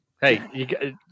Hey